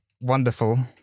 wonderful